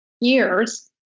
years